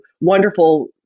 wonderful